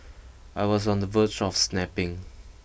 I was on the verge of snapping